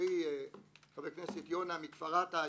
חברי כנסת הכנסת יונה מכפר אתא,